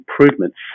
improvements